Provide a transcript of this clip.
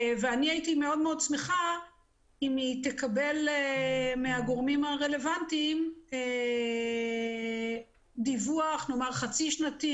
אני הייתי מאוד שמחה אם היא תקבל מהגורמים הרלוונטיים דיווח חצי-שנתי